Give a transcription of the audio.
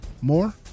more